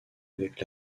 avec